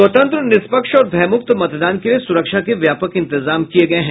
स्वतंत्र निष्पक्ष और भयमुक्त मतदान के लिये सुरक्षा के व्यापक इंतजाम किये गये हैं